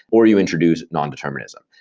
or you introduce nondeterminism.